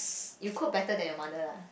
you cook better than your mother lah